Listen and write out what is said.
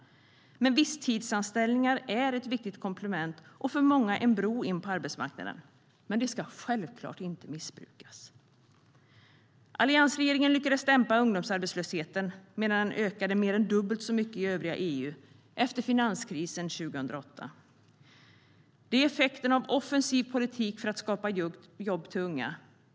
Visstidsanställningar är ett viktigt komplement och för många en bro in på arbetsmarknaden, men det ska självklart inte missbrukas. Alliansregeringen lyckades dämpa ungdomsarbetslösheten medan den ökade mer än dubbelt sa° mycket i övriga EU efter finanskrisen 2008. Det är effekten av offensiv politik för att skapa jobb till unga.